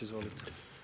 Izvolite.